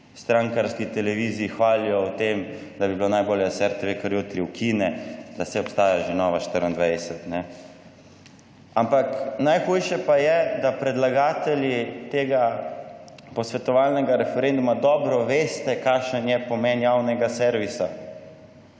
strankarski televiziji hvalijo o tem, da bi bilo najbolje, da se RTV kar jutri ukine, da saj obstaja že Nova 24. Ampak najhujše pa je, da predlagatelji tega posvetovalnega referenduma dobro veste, kakšen je pomen javnega servisa.